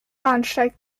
bahnsteig